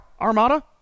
armada